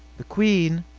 the queen,